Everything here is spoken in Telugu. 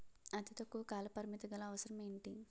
అతి తక్కువ కాల పరిమితి గల అవసరం ఏంటి